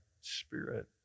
spirit